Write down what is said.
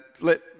let